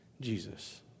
Jesus